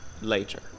later